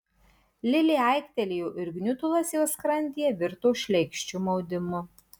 lilė aiktelėjo ir gniutulas jos skrandyje virto šleikščiu maudimu